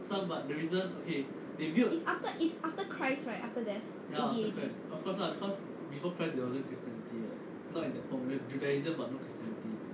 is after is after christ right after death